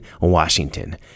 Washington